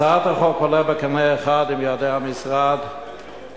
הצעת החוק עולה בקנה אחד עם יעדי המשרד להתאמת